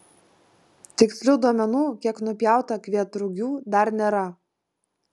tikslių duomenų kiek nupjauta kvietrugių dar nėra